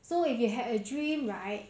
so if you had a dream right